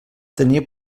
tenia